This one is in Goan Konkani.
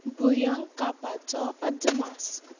भुंयकांपाचो अदमास